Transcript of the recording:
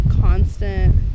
constant